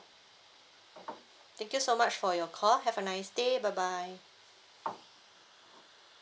thank you so much for your call have a nice day bye bye